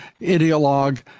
ideologue